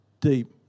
deep